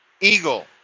Eagle